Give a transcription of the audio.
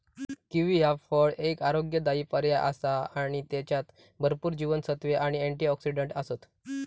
kiwi ह्या फळ एक आरोग्यदायी पर्याय आसा आणि त्येच्यात भरपूर जीवनसत्त्वे आणि अँटिऑक्सिडंट आसत